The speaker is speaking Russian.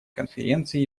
конференции